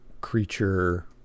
creature